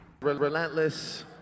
Relentless